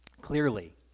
Clearly